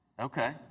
Okay